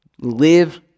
Live